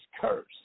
curse